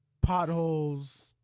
Potholes